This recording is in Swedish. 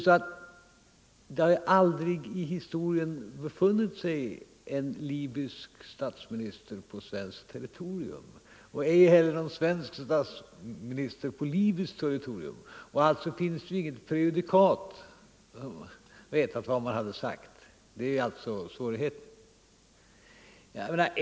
Men det har aldrig i historien befunnit sig en libysk statsminister på svenskt territorium och ej heller en svensk statsminister på libyskt territorium. Alltså finns det inget prejudikat på vad man skulle ha sagt. Det är svårigheten.